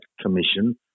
commission